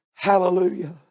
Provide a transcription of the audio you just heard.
Hallelujah